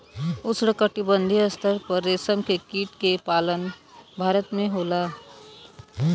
उष्णकटिबंधीय स्तर पर रेशम के कीट के पालन भारत में होला